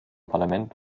parlament